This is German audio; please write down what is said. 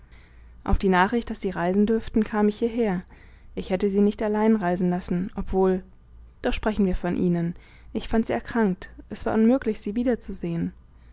auf die nachricht daß sie reisen dürften kam ich hierher ich hätte sie nicht allein reisen lassen obwohl doch sprechen wir von ihnen ich fand sie erkrankt es war unmöglich sie wiederzusehen